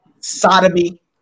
sodomy